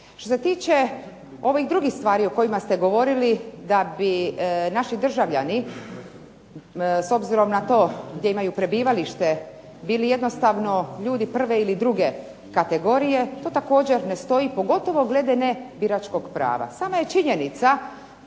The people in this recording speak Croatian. Što se tiče ovih drugih stvari o kojima ste govorili da bi naši državljani s obzirom na to gdje imaju prebivalište, bili jednostavno ljudi prve ili druge kategorije, to također ne stoji pogotovo glede ne biračkog prava. Sama je činjenica